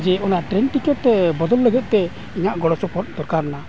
ᱡᱮ ᱚᱱᱟ ᱵᱚᱫᱚᱞ ᱞᱟᱹᱜᱤᱫᱛᱮ ᱤᱧᱟᱹᱜ ᱜᱚᱲᱚ ᱥᱚᱯᱚᱦᱚᱫ ᱫᱚᱨᱠᱟᱨ ᱢᱮᱱᱟᱜᱼᱟ